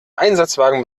einsatzwagen